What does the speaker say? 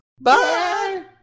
Bye